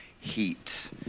heat